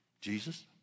Jesus